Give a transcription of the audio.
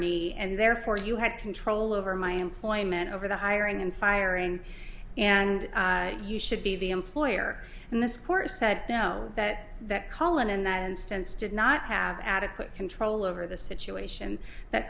me and therefore you had control over my employment over the hiring and firing and you should be the employer and this court said no that that cullen in that instance did not have adequate control over the situation that